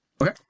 Okay